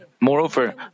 Moreover